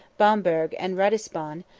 bamberg, and ratisbon,